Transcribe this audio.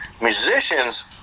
Musicians